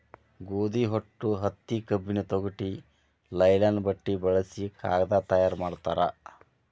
ಗೋದಿ ಹೊಟ್ಟು ಹತ್ತಿ ಕಬ್ಬಿನ ತೊಗಟಿ ಲೈಲನ್ ಬಟ್ಟೆ ಬಳಸಿ ಕಾಗದಾ ತಯಾರ ಮಾಡ್ತಾರ